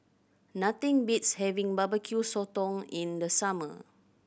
nothing beats having Barbecue Sotong in the summer